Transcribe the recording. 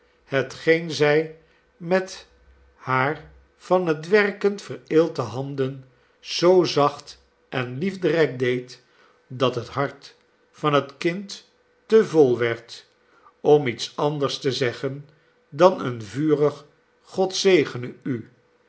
hetgeen zij met hare van het werken vereelte handen zoo zacht en liefderijk deed dat het hart van het kind te vol werd om iets anders te zeggen dan een vurig god zegene u